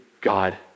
God